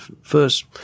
first